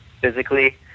physically